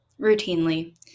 routinely